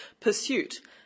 Pursuit